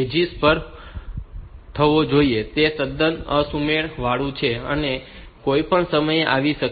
edges પર થવો જોઈએ તે તદ્દન અસુમેળ વાળુ છે અને તે કોઈપણ સમયે આવી શકે છે